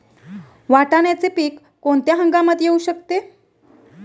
वाटाण्याचे पीक कोणत्या हंगामात येऊ शकते?